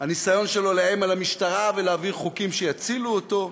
הניסיון שלו לאיים על המשטרה ולהעביר חוקים שיצילו אותו,